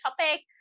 topic